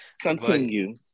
Continue